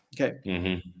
Okay